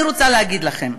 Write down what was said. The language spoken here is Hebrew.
אני רוצה להגיד לכם,